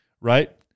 right